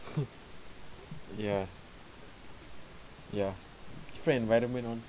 ya ya different environment mah